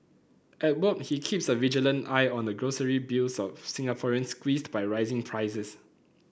at work he keeps a vigilant eye on the grocery bills of Singaporeans squeezed by rising prices